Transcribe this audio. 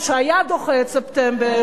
שהיה דוחה את ספטמבר,